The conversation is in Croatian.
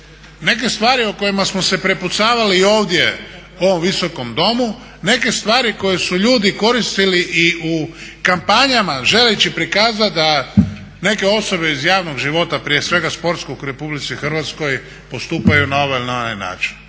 neke stvari o kojima smo se prepucavali i ovdje u ovom visokom domu, neke stvari koje su ljudi koristili i u kampanjama želeći prikazati da neke osobe iz javnog života prije svega sportskog u RH postupaju na ovaj ili onaj način